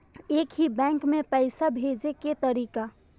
एक ही बैंक मे पैसा भेजे के तरीका?